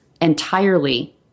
entirely